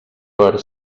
per